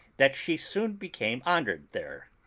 that she soon became honored there,